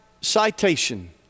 citation